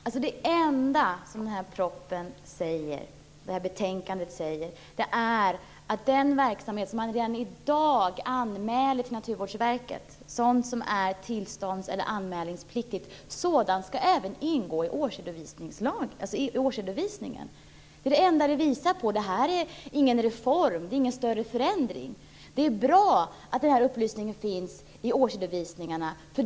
Herr talman! Det enda som sägs i propositionen och i betänkandet är att den verksamhet som man redan i dag anmäler till Naturvårdsverket, sådant som är tillstånds eller anmälningspliktigt, skall ingå i årsredovisningen. Det här är ingen reform och innebär ingen större förändring. Det är bra att den upplysningen finns i årsredovisningarna.